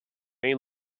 based